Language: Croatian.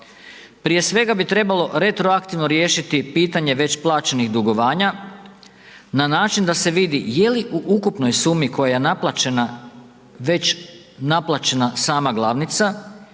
Prije svega bi trebalo retroaktivno riješiti pitanje već plaćenih dugovanja na način da se vidi je li u ukupnoj sumi koja je naplaćena već naplaćena sama glavnica